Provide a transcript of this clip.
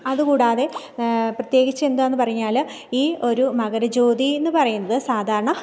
അതുകൂടാതെ പ്രത്യേകിച്ച് എന്താണെന്ന് പറഞ്ഞാൽ ഈ ഒരു മകരജ്യോതി എന്ന് പറയുന്നത് സാധാരണ